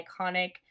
iconic